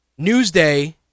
Newsday